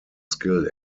skill